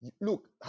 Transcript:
Look